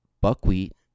buckwheat